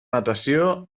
natació